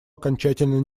окончательно